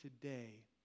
today